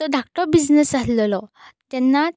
तो धाकटो बिझनॅस आसलेलो तेन्नाच